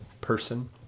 person